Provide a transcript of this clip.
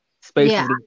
space